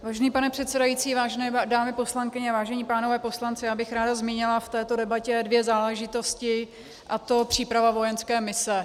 Vážený pane předsedající, vážené dámy poslankyně, vážení pánové poslanci, já bych ráda zmínila v této debatě dvě záležitosti, a to příprava vojenské mise.